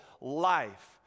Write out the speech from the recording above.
life